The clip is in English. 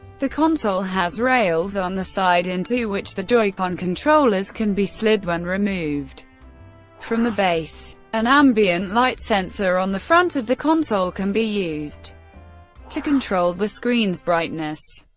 the console has rails on the side, into which the joy-con controllers can be slid when removed from the base. an ambient light sensor on the front of the console can be used to control the screen's brightness.